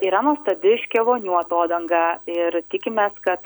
yra nuostabi škėvonių atodanga ir tikimės kad